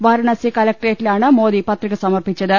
വാരാണസി കല ക്ട്രേറ്റിലാണ് മോദി പത്രിക സമർപ്പിച്ചത്